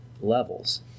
levels